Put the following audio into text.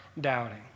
doubting